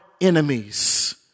enemies